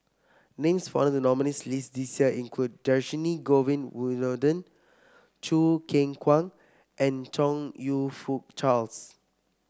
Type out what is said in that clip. names found the nominees' list this year include Dhershini Govin Winodan Choo Keng Kwang and Chong You Fook Charles